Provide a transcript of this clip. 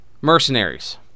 mercenaries